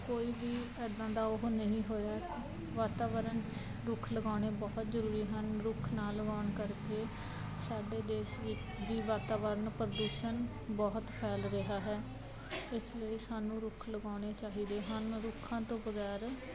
ਕੋਈ ਵੀ ਇੱਦਾਂ ਦਾ ਉਹ ਨਹੀਂ ਹੋਇਆ ਵਾਤਾਵਰਨ 'ਚ ਰੁੱਖ ਲਗਾਉਣੇ ਬਹੁਤ ਜ਼ਰੂਰੀ ਹਨ ਰੁੱਖ ਨਾ ਲਗਾਉਣ ਕਰਕੇ ਸਾਡੇ ਦੇਸ਼ ਵਿੱਚ ਦੀ ਵਾਤਾਵਰਨ ਪ੍ਰਦੂਸ਼ਣ ਬਹੁਤ ਫੈਲ ਰਿਹਾ ਹੈ ਇਸ ਲਈ ਸਾਨੂੰ ਰੁੱਖ ਲਗਾਉਣੇ ਚਾਹੀਦੇ ਹਨ ਰੁੱਖਾਂ ਤੋਂ ਬਗੈਰ